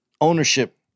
ownership